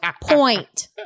point